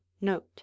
note